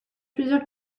plusieurs